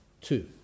two